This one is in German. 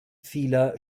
vieler